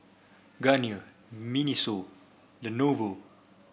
Garnier Miniso Lenovo